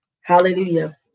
Hallelujah